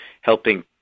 helping